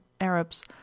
Arabs